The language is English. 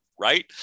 right